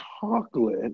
chocolate